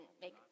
make